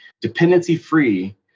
dependency-free